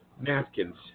napkins